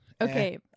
Okay